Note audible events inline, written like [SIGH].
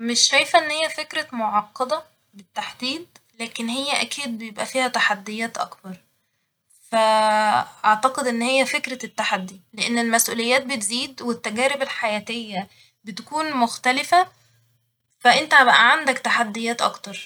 مش شايفه إن هي فكرة معقدة بالتحديد، لكن هي أكيد بيبقى فيها تحديات أكبر ، ف [HESITATION] أعتقد إن هي فكرة التحدي ، لإن المسئوليات بتزيد والتجارب الحياتية بتكون مختلفة فإنت بقى عندك تحديات أكتر